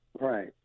Right